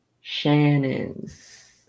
Shannon's